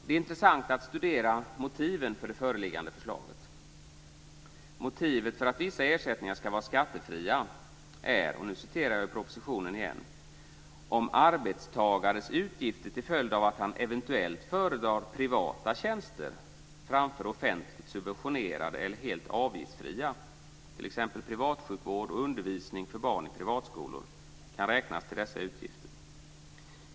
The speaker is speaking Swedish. Det är intressant att studera motiven för det föreliggande förslaget. Motivet för att vissa ersättningar ska vara skattefria är enligt propositionen följande: "Också arbetstagares utgifter till följd av att han eventuellt föredrar privata tjänster framför offentligt subventionerade eller helt avgiftsfria tjänster - t.ex. privatsjukvård och undervisning för barn i privatskolor - kan räknas till dessa utgifter.